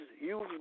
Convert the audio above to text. use